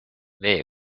vee